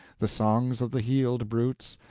the songs of the healed brutes,